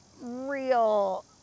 real